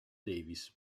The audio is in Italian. davis